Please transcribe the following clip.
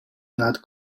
not